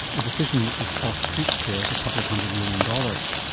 a decision which has cost taxpayers a couple of hundred million dollars.